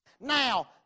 Now